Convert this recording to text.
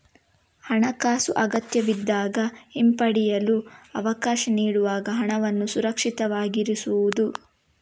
ಹಣಾಕಾಸು ಅಗತ್ಯವಿದ್ದಾಗ ಹಿಂಪಡೆಯಲು ಅವಕಾಶ ನೀಡುವಾಗ ಹಣವನ್ನು ಸುರಕ್ಷಿತವಾಗಿರಿಸುವುದು